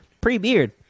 Pre-beard